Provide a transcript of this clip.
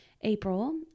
April